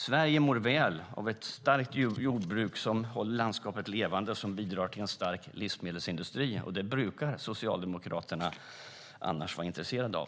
Sverige mår väl av ett starkt jordbruk som håller landskapet levande och bidrar till en stark livsmedelsindustri. Det brukar Socialdemokraterna annars vara intresserade av.